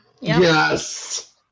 Yes